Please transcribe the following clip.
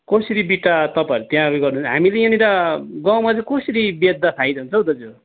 कसरी बिटा तपाईँहरूले त्यहाँ उयो गर्नु हुन् हामीले यहाँनिर गाउँमा चाहिँ कसरी बेच्दा फाइदा हुन्छ हौ दाजु